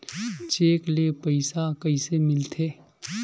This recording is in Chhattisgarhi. चेक ले पईसा कइसे मिलथे?